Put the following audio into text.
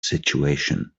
situation